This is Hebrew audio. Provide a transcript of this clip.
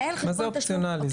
מה זה אופציונלי?